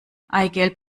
eigelb